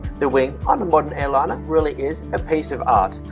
the wing on the modern airliner really is a piece of art.